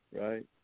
Right